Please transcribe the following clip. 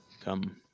come